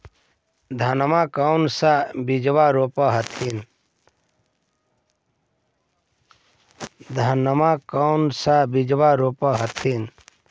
धनमा कौन सा बिजबा रोप हखिन?